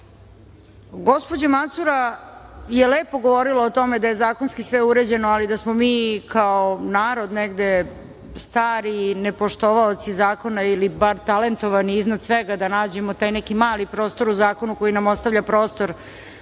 svega. Gospođa Macura je lepo govorila o tome da je zakonski sve uređeno, ali da smo mi kao narod negde stari nepoštovaoci zakona ili bar talentovani iznad svega da nađemo taj neki mali prostor u zakonu koji nam ostavlja prostor